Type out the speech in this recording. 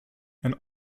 and